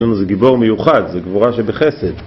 זה גיבור מיוחד, זה גבורה שבחסד